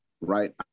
right